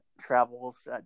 travels